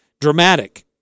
dramatic